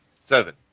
Seven